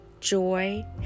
joy